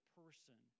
person